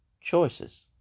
choices